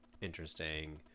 interesting